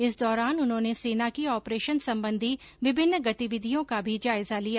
इस दौरान उन्होंने सेना की ऑपरेशन संबंधी विभिन्न गतिविधियों का भी जायजा लिया